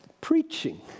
preaching